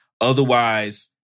otherwise